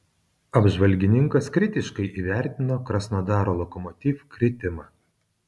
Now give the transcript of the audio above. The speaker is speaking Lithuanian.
apžvalgininkas kritiškai įvertino krasnodaro lokomotiv kritimą